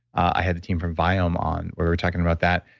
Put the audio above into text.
i had the team from viome on where we were talking about that,